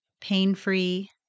pain-free